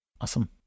Awesome